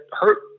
hurt